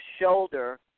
shoulder